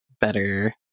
better